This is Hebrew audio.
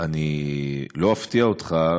לא אפתיע אותך,